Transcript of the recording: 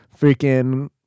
freaking